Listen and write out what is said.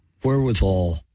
wherewithal